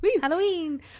Halloween